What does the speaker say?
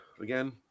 Again